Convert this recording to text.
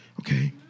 okay